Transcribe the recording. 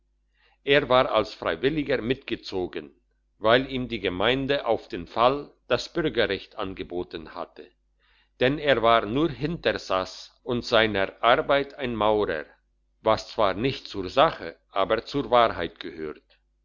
er war als freiwilliger mitgezogen weil ihm die gemeinde auf den fall das bürgerrecht angeboten hatte denn er war nur hintersass und seiner arbeit ein maurer was zwar nicht zur sache aber zur wahrheit gehört